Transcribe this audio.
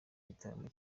gitaramo